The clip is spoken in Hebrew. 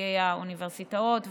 לנשיאי האוניברסיטאות והמכללות.